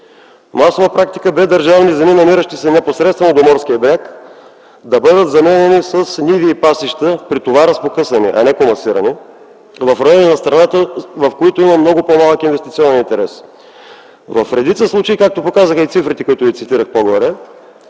Масова практика бе държавни земи, намиращи се непосредствено до морския бряг, да бъдат заменяни с ниви и пасища (при това разпокъсани, а не комасирани) в райони на страната, към които има много по-малък инвестиционен интерес. В редица случаи, както показаха цифрите, които цитирах по-горе,